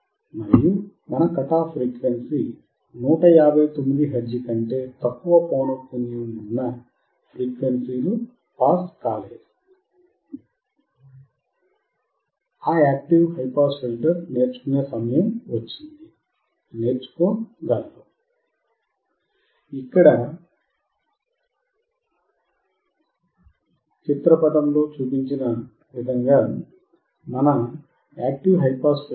మరియు మన cut off frequency 159 hertz కంటే తక్కువ పౌనఃపున్యం ఉన్న ఫ్రీక్వెన్సీ లు పాస్ కాలేదు క్రింద ఆ యాక్టివ్ హై పాస్ నేర్చుకునే సమయం వచ్చింది నేర్చుకోగలరు